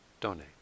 donate